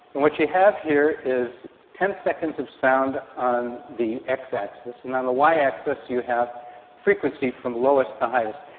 and what you have here is ten seconds of sound on the x axis, and on the y axis you have frequency from lowest to highest.